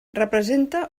representa